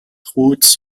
roots